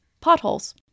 potholes